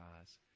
eyes